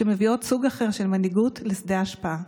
שמביאות סוג אחר של מנהיגות לשדה ההשפעה.